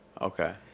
Okay